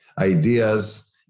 ideas